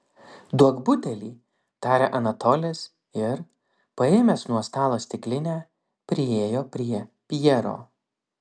duok butelį tarė anatolis ir paėmęs nuo stalo stiklinę priėjo prie pjero